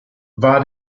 war